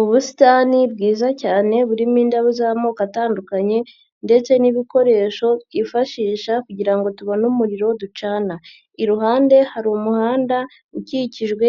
ubusitani bwiza cyane burimo indabo z'amoko atandukanye ndetse n'ibikoresho twifashisha kugira ngo tubone umuriro ducana, iruhande hari umuhanda ukikijwe